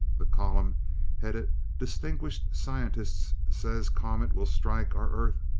the column headed distinguished scientist says comet will strike our earth.